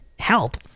help